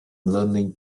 learning